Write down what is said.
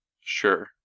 Sure